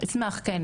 אשמח, כן.